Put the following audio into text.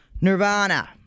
Nirvana